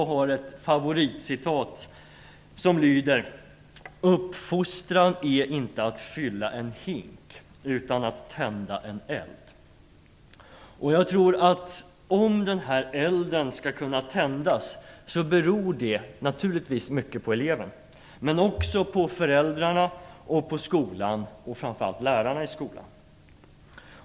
Jag har ett favoritcitat som lyder: "Uppfostran är inte att fylla en hink utan att tända en eld." Om den här elden skall kunna tändas, tror jag att det beror mycket på eleven, men naturligtvis också på föräldrarna och på skolan, framför allt lärarna i skolan.